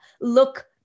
look